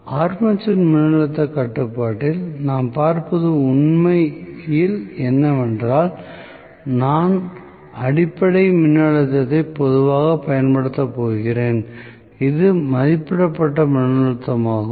armature மின்னழுத்த கட்டுப்பாட்டில் நான் பார்ப்பது உண்மையில் என்னவென்றால் நான் அடிப்படையில் மின்னழுத்தத்தை பொதுவாகப் பயன்படுத்தப் போகிறேன் இது மதிப்பிடப்பட்ட மின்னழுத்தமாகும்